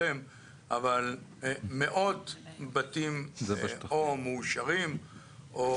חה"כ בגין, ככל